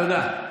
תודה.